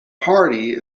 party